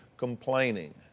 Complaining